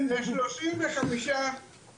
זה 35 שוטרים,